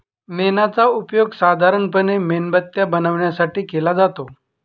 मेणाचा उपयोग साधारणपणे मेणबत्त्या बनवण्यासाठी केला जातो